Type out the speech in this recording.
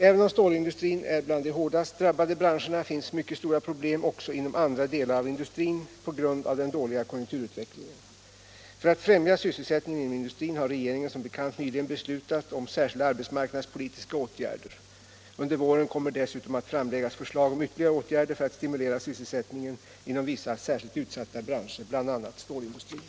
Även om stålindustrin är bland de hårdast drabbade branscherna finns mycket stora problem också inom andra delar av industrin på grund av den dåliga konjunkturutvecklingen. För att främja sysselsättningen inom industrin har regeringen som bekant nyligen beslutat om särskilda arbetsmarknadspolitiska åtgärder. Under våren kommer dessutom att framläggas förslag om ytterligare åtgärder för att stimulera sysselsättningen inom vissa särskilt utsatta branscher, bl.a. stålindustrin.